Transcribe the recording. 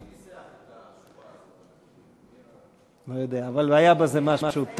מי ניסח את, לא יודע, אבל היה בזה משהו פואטי.